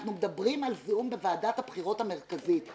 אנחנו מדברים על זיהום בוועדת הבחירות המרכזית,